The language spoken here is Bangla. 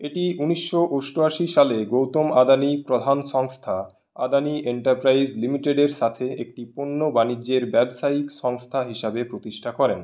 এটি উনিশশো অষ্টআশি সালে গৌতম আদানি প্রধান সংস্থা আদানি এন্টারপ্রাইজ লিমিটেডের সাথে একটি পণ্য বাণিজ্যের ব্যবসায়িক সংস্থা হিসাবে প্রতিষ্ঠা করেন